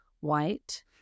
White